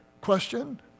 Question